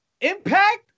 impact